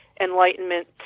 enlightenment